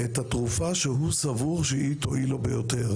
התשפ"ג